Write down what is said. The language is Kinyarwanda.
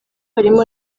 harimo